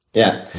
yeah.